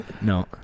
No